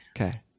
Okay